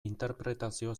interpretazio